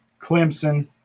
Clemson